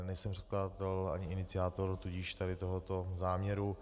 Nejsem předkladatel ani iniciátor tady tohoto záměru.